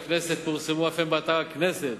פורסמה אף היא באתר הכנסת.